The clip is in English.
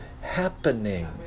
happening